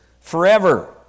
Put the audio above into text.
forever